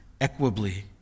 equably